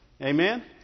Amen